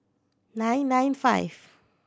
nine nine five